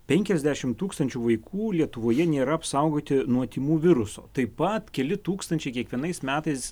penkiasdešim tūkstančių vaikų lietuvoje nėra apsaugoti nuo tymų viruso taip pat keli tūkstančiai kiekvienais metais